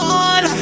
on